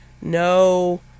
no